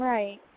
Right